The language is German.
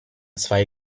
zwei